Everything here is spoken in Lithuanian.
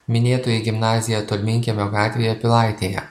minėtoji gimnazija tolminkiemio gatvėje pilaitėje